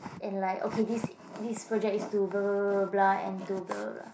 and like okay this this project is to bla bla bla bla bla and to bla bla bla